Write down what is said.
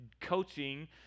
coaching